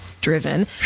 driven